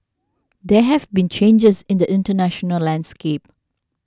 there have been changes in the international landscape